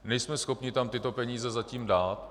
Nejsme schopni tam tyto peníze zatím dát.